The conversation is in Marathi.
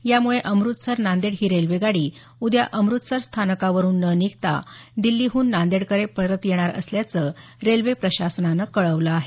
यामुळे अमुतसर नांदेड ही रेल्वेगाडी उद्या अमृतसर स्थानकावरुन न निघता दिल्लीहून नांदेडकडे परत येणार असल्याचं रेल्वे प्रशासनानं कळवलं आहे